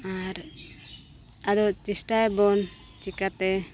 ᱟᱨ ᱟᱫᱚ ᱪᱮᱥᱴᱟᱭᱟᱵᱚᱱ ᱪᱤᱠᱟᱹᱛᱮ